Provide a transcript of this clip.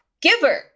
giver